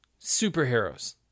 superheroes